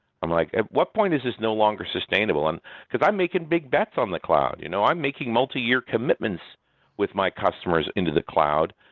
i'm like, at what point is this no longer sustainable, and because i'm making big bets on the cloud. you know i'm making multiyear commitments with my customers into the cloud.